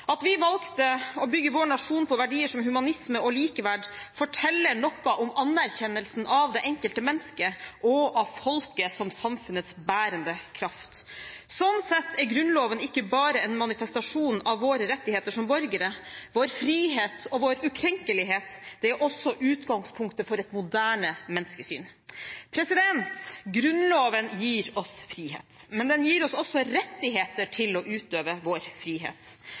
At vi valgte å bygge vår nasjon på verdier som humanisme og likeverd, forteller noe om anerkjennelsen av det enkelte mennesket og av folket som samfunnets bærende kraft. Sånn sett er Grunnloven ikke bare en manifestasjon av våre rettigheter som borgere, vår frihet og vår ukrenkelighet, den er også utgangspunktet for et moderne menneskesyn. Grunnloven gir oss frihet, men den gir oss også rettigheter til å utøve vår frihet.